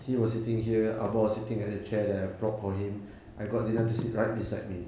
he was sitting here abah was sitting at a chair that I brought for him I got zina to sit right beside me